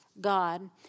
God